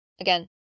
Again